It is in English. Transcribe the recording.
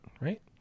right